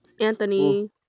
Anthony